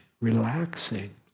relaxing